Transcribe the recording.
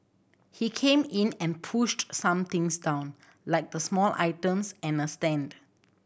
he came in and pushed some things down like the small items and a stand